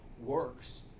works